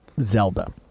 Zelda